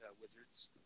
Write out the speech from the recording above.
Wizards